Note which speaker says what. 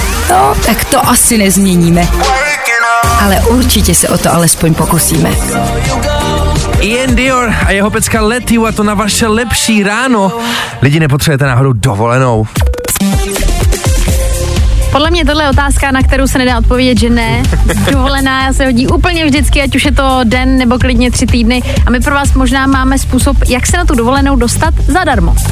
Speaker 1: No, tak to asi nezměníme. Ale určitě se o to alespoň pokusíme.
Speaker 2: Ian Dior a jeho pecka Let You a to na vaše lepší ráno. Lidi, nepotřebujete náhodou dovolenou?
Speaker 3: Podle mě tohle je otázka, na kterou se nedá odpovědět, že ne. Dovolená se hodí úplně vždycky, ať už je to den, nebo klidně tři týdny. A my pro vás možná máme způsob, jak se na tu dovolenou dostat zadarmo.